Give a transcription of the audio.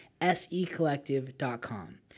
secollective.com